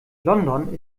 london